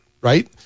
right